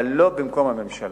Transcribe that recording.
אבל לא במקום הממשלה.